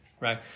right